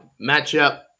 matchup